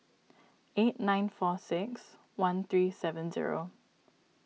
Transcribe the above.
eight nine four six one three seven zero